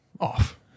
Off